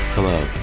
Hello